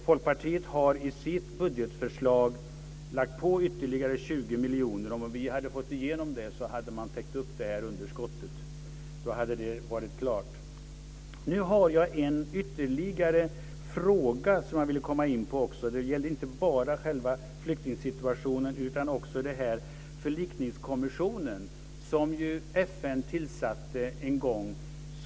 Folkpartiet har i sitt budgetförslag lagt på ytterligare 20 miljoner. Om vi hade fått igenom det hade man täckt upp det här underskottet. Då hade det varit klart. Nu har jag ytterligare en fråga som jag vill komma in på. Detta gäller inte bara själva flyktingsituationen, utan också den förlikningskommission som FN tillsatte en gång.